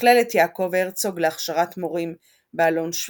מכללת יעקב הרצוג להכשרת מורים באלון שבות,